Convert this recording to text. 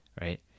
right